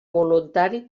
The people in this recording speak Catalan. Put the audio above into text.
voluntari